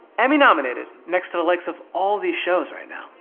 emmy-nominated, next to the likes of all these shows right now?